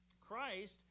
Christ